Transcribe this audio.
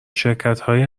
شرکتهای